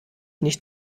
nicht